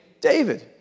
David